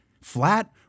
flat